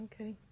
Okay